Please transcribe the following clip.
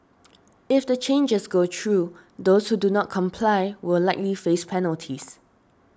if the changes go through those who do not comply will likely face penalties